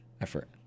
Effort